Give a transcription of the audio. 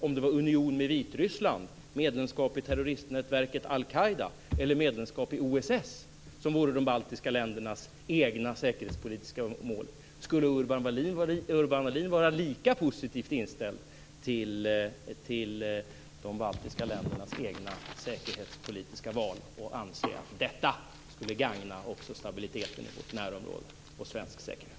Om det var union med Vitryssland, medlemskap i terrorisnätverket al-Qaida eller medlemskap OSS som vore de baltiska ländernas egna säkerhetspolitiska mål, skulle Urban Ahlin då vara lika positivt inställd till de baltiska ländernas egna säkerhetspolitiska val och anse att detta skulle gagna också stabiliteten i vårt närområde och svensk säkerhet?